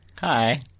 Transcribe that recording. Hi